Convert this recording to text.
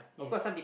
yes